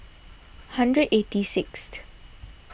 hundred eighty sixth